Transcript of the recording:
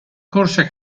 corsa